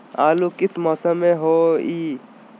आलू किस मौसम में होई?